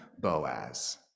Boaz